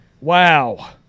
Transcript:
Wow